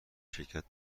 شرکت